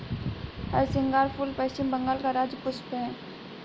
हरसिंगार फूल पश्चिम बंगाल का राज्य पुष्प है